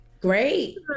Great